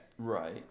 Right